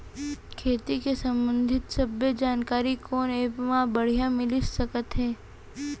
खेती के संबंधित सब्बे जानकारी कोन एप मा बढ़िया मिलिस सकत हे?